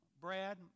Brad